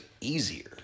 easier